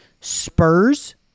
Spurs